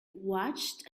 watched